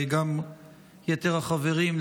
וגם יתר החברים,